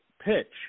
pitch